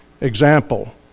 example